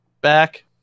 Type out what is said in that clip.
back